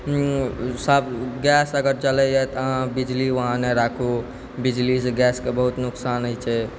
सभ गैस अगर चलैयऽ तऽ बिजली वहाँ नहि राखू बिजलीसँ गैसके बहुत नोकसान होइ छै